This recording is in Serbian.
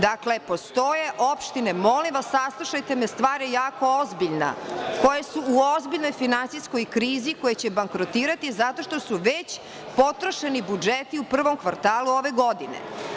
Dakle, postoje opštine, molim vas saslušajte me stvar je jako ozbiljna, koje su u ozbiljnoj finansijskoj krizi, koje će bankrotirati zato što su već potrošeni budžeti u prvom kvartalu ove godine.